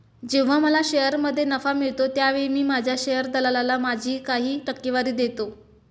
जेव्हा मला शेअरमध्ये नफा मिळतो त्यावेळी मी माझ्या शेअर दलालाला माझी काही टक्केवारी देतो